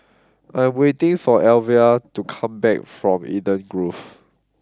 I am waiting for Elvia to come back from Eden Grove